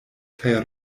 kaj